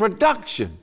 production